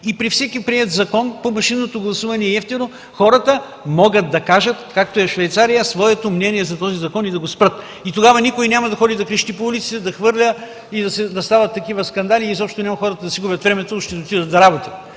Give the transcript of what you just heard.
При всеки приет закон (машинното гласуване е евтино) хората могат да кажат, както е в Швейцария, своето мнение за този закон и да го спрат. Тогава никой няма да ходи и да крещи по улиците, да хвърля и да стават скандали. Хората изобщо няма да си губят времето, а ще отидат да работят.